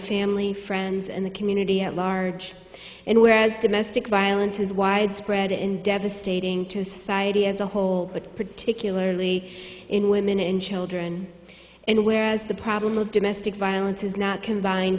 family friends and the community at large and whereas domestic violence is widespread and devastating to society as a whole but particularly in women and children and whereas the problem of domestic violence is